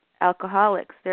alcoholics